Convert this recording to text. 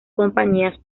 compañías